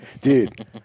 dude